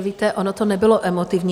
Víte, ono to nebylo emotivní.